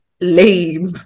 lame